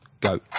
Go